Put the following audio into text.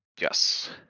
yes